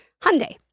Hyundai